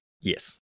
Yes